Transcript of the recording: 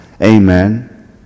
Amen